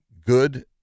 good